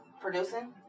Producing